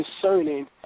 concerning